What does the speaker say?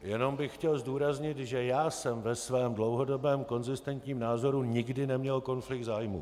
Jenom bych chtěl zdůraznit, že já jsem ve svém dlouhodobém konzistentním názoru nikdy neměl konflikt zájmů.